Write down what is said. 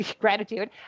gratitude